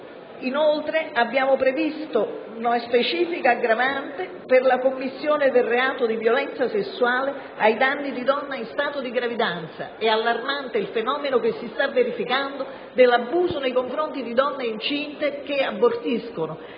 Inoltre, abbiamo previsto la specifica aggravante per la commissione del reato di violenza sessuale ai danni di donne in stato di gravidanza: è allarmante il fenomeno che si sta verificando dell'abuso nei confronti di donne incinte che poi abortiscono.